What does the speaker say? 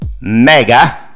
Mega